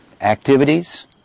activities